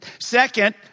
Second